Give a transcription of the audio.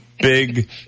Big